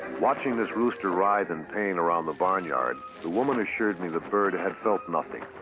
watching this rooster writhe in pain around the barnyard, the woman assured me the bird had felt nothing.